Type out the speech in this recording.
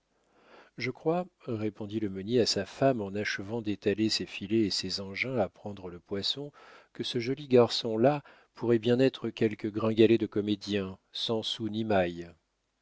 je crois répondit le meunier à sa femme en achevant d'étaler ses filets et ses engins à prendre le poisson que ce joli garçon-là pourrait bien être quelque gringalet de comédien sans sou ni maille